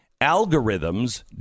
Algorithms